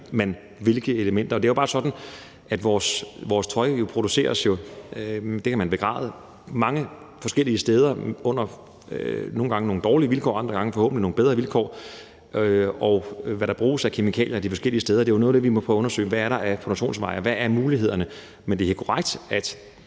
hvilke produkter. Og det er jo bare sådan, at vores tøj produceres mange forskellige steder, nogle gange under nogle dårlige vilkår – og det kan man begræde – andre gange forhåbentlig under nogle bedre vilkår. Og hvad der bruges af kemikalier de forskellige steder, er jo noget af det, vi må prøve at undersøge: Hvad er der af produktionsveje, og hvad er mulighederne her? Men det er korrekt, at